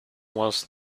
was